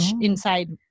inside